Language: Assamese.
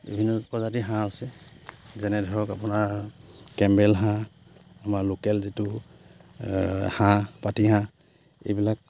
বিভিন্ন প্ৰজাতিৰ হাঁহ আছে যেনে ধৰক আপোনাৰ কেম্বেল হাঁহ আমাৰ লোকেল যিটো হাঁহ পাতি হাঁহ এইবিলাক